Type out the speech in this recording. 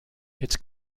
its